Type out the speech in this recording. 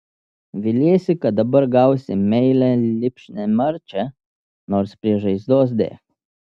viliesi kad dabar gausi meilią lipšnią marčią nors prie žaizdos dėk